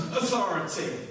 authority